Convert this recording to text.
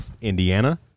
Indiana